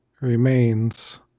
remains